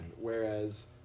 whereas